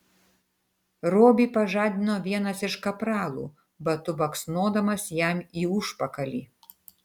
robį pažadino vienas iš kapralų batu baksnodamas jam į užpakalį